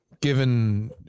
given